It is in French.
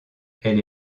elle